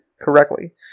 correctly